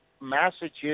Massachusetts